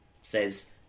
says